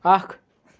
اکھ